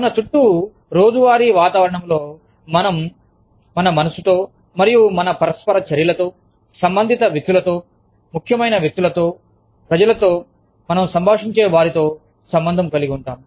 మన చుట్టూ రోజువారీ వాతావరణంలో మనం మన మనస్సుతో మరియు మన పరస్పర చర్యలతో సంబంధిత వ్యక్తులతో ముఖ్యమైన వ్యక్తులతో ప్రజలతో మనం సంభాషించే వారితో సంబంధం కలిగి ఉంటాము